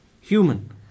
human